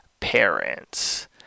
Parents